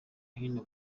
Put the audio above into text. hino